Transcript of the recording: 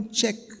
check